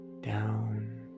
down